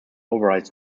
overrides